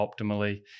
optimally